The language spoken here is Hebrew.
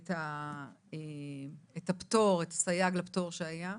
את הסייג לפטור שהיה.